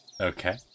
Okay